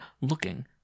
looking